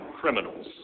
criminals